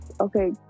Okay